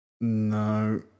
No